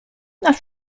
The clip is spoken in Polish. nasz